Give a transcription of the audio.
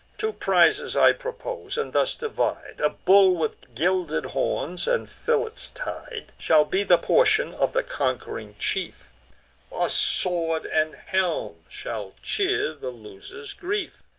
two prizes i propose, and thus divide a bull with gilded horns, and fillets tied, shall be the portion of the conqu'ring chief a sword and helm shall cheer the loser's grief.